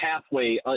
pathway